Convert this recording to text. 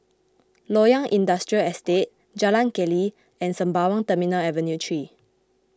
Loyang Industrial Estate Jalan Keli and Sembawang Terminal Avenue three